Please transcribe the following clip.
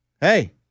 Hey